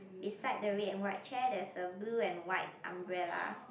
beside the red and white chair there is a blue and white umbrella